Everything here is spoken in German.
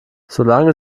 solange